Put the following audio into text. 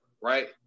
Right